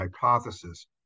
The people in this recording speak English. hypothesis